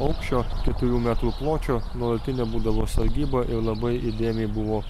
aukščio keturių metrų pločio nuolatinė būdavo sargyba ir labai įdėmiai buvo